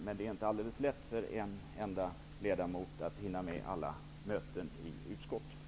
Men det är inte alldeles lätt för en enda ledamot att hinna med alla möten i utskottet.